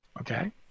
Okay